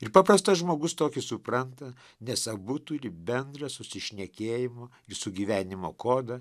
ir paprastas žmogus tokį supranta nes abu turi bendrą susišnekėjimo sugyvenimo kodą